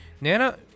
nana